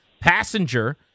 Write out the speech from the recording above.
passenger